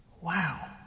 Wow